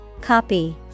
Copy